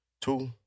Two